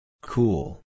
Cool